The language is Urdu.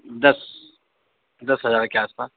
دس دس ہزار کے آس پاس